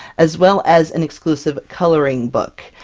as well as an exclusive coloring book.